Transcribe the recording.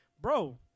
Bro